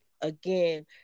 again